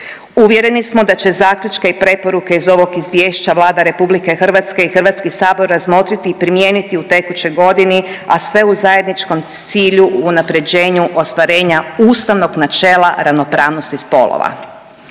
Uvjereni smo da će zaključke i preporuke iz ovog izvješća Vlada RH i HS razmotriti i primijeniti u tekućoj godini, a sve u zajedničkom cilju unapređenju ostvarenja ustavnog načela ravnopravnosti spolova.